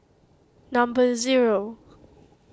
number zero